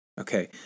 Okay